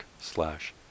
slash